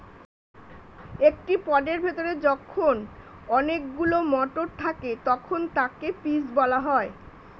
একটি পডের ভেতরে যখন অনেকগুলো মটর থাকে তখন তাকে পিজ বলা হয়